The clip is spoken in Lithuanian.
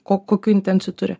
ko kokių intencijų turi